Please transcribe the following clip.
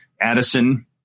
Addison